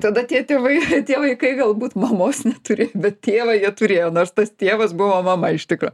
tada tie tėvai tie vaikai galbūt mamos neturi bet tėvą jie turėjo nors tas tėvas buvo mama iš tikro